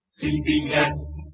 CBS